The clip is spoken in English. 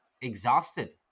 exhausted